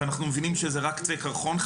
ואנחנו מבינים שזה רק קצה הקרחון,